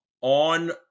on